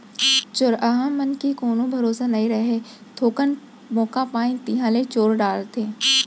चोरहा मन के कोनो भरोसा नइ रहय, थोकन मौका पाइन तिहॉं ले चोरा डारथें